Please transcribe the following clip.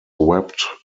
wept